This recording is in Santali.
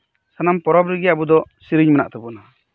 ᱥᱟᱱᱟᱢ ᱯᱚᱨᱚᱵ ᱨᱮᱜᱮ ᱟᱵᱩᱫᱚ ᱥᱤᱨᱤᱧ ᱢᱮᱱᱟᱜ ᱛᱟᱵᱚᱱᱟ